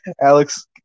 Alex